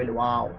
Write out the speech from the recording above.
and while